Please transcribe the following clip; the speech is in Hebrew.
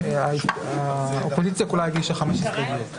הישיבה ננעלה בשעה 10:43.